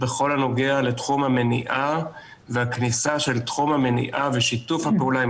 בכל הנוגע לתחום המניעה והכניסה של תחום המניעה ושיתוף הפעולה עם